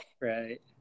right